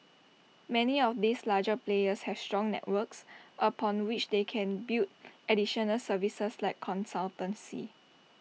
many of these larger players have strong networks upon which they can build additional services like consultancy